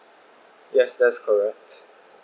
yes that's correct